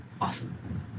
awesome